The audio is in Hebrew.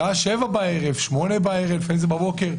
בשעה 7 בערב או 8 בערב, ולפעמים זה בבוקר.